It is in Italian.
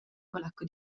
polacco